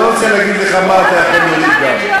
אני לא רוצה להגיד לך מה אתה יכול להוריד גם.